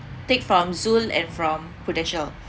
take from zul and from prudential